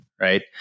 right